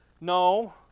No